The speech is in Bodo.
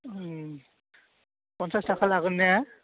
पन्सास थाखा लागोन ने